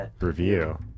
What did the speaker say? review